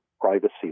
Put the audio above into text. Privacy